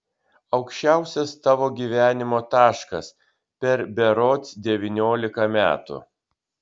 aukščiausias tavo gyvenimo taškas per berods devyniolika metų